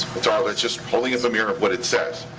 ah that's just holding up a mirror at what it says.